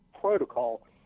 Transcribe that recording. protocol